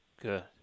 good